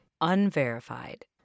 unverified